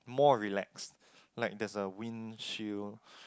more relaxed like there's a windshield